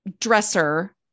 dresser